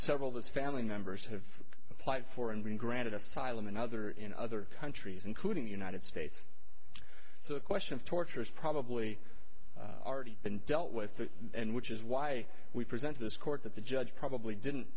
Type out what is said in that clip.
several the family members have applied for and been granted asylum and other in other countries including the united states so the question of torture is probably already been dealt with and which is why we present to this court that the judge probably didn't